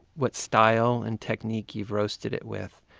what style and technique you've roasted it with.